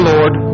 Lord